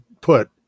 put